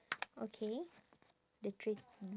okay the